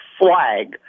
flag